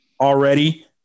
already